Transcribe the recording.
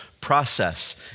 process